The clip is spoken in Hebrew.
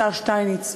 השר שטייניץ,